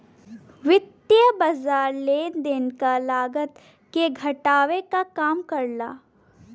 वित्तीय बाज़ार लेन देन क लागत के घटावे क काम करला